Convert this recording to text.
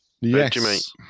Yes